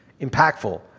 impactful